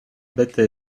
bete